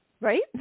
right